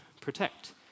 protect